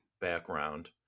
background